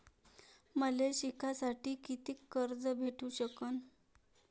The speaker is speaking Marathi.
मले शिकासाठी कितीक कर्ज भेटू सकन?